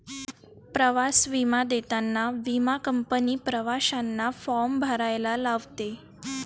प्रवास विमा देताना विमा कंपनी प्रवाशांना फॉर्म भरायला लावते